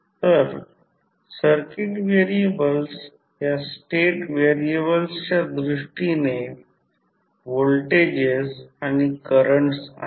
तर circuit variables या state व्हेरिएबलच्या दृष्टीने व्होल्टेजेस आणि करंट्स आहेत